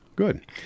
Good